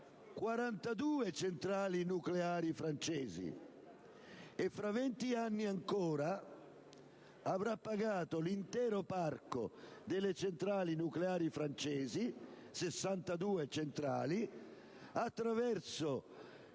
42 centrali nucleari francesi, e fra venti anni ancora avrà pagato l'intero parco delle centrali nucleari francesi (62 centrali), attraverso